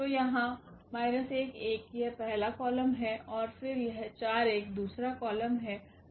तो यहाँ यह पहला कॉलम है और फिर यह दूसरा कॉलम है